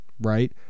right